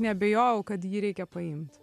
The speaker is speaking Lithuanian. neabejojau kad jį reikia paimt